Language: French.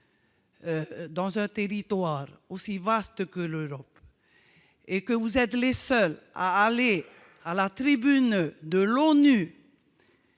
dans un territoire aussi vaste que l'Europe, que vous êtes les seuls à aller à la tribune de l'ONU